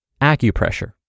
acupressure